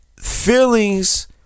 feelings